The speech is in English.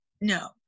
No